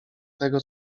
tego